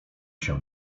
się